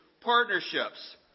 partnerships